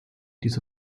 diese